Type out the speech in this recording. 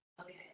Okay